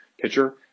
pitcher